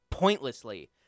Pointlessly